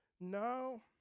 No